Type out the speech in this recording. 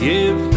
Give